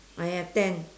ah ya ten